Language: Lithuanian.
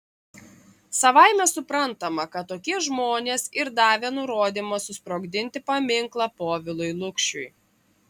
savaime suprantama kad tokie žmonės ir davė nurodymą susprogdinti paminklą povilui lukšiui